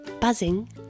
buzzing